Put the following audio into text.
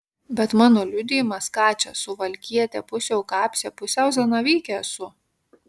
bet mano liudijimas ką čia suvalkietė pusiau kapsė pusiau zanavykė esu